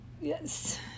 Yes